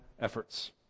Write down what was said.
efforts